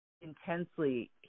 intensely